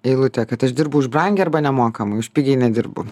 eilutę kad aš dirbu už brangiai arba nemokamai už pigiai nedirbu